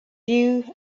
you